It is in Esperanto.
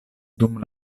dum